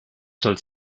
soll